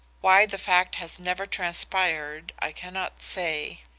why the fact has never transpired i cannot say.